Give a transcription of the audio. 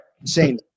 insane